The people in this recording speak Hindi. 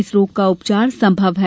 इस रोग का उपचार संभव है